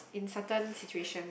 in certain situations